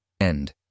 End